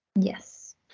Yes